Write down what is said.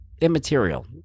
immaterial